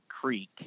Creek